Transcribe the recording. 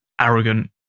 arrogant